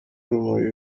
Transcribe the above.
urumuri